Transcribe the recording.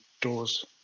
doors